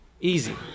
easy